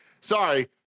sorry